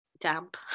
damp